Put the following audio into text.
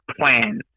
plan